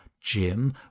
Jim